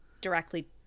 directly